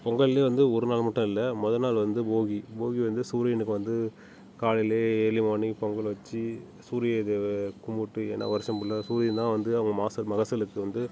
பொங்கல்லியே வந்து ஒரு நாள் மட்டும் இல்லை முத நாள் வந்து போகி போகி வந்து சூரியனுக்கு வந்து காலையிலே ஏழு மணிக்கு பொங்கல் வச்சி சூரிய தேவை கும்பிட்டு ஏன்னா வர்ஷம் புல்லாக சூரியன் தான் வந்து அவங்க மாத மகசூலுக்கு வந்து